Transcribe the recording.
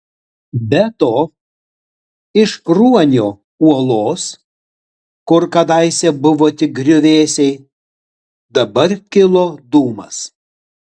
be to iš ruonio uolos kur kadaise buvo tik griuvėsiai dabar kilo dūmas